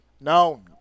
No